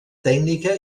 tècnica